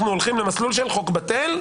אנחנו הולכים למסלול של חוק בטל.